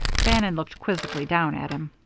bannon looked quizzically down at him.